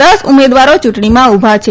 દસ ઉમેદવારો યુંટણીમાં ઉભા છે